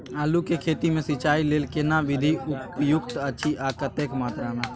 आलू के खेती मे सिंचाई लेल केना विधी उपयुक्त अछि आ कतेक मात्रा मे?